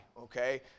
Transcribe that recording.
Okay